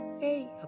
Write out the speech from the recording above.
Hey